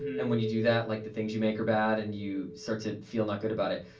and when you do that, like the things you make are bad and you start to feel not good about it.